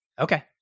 Okay